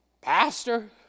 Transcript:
pastor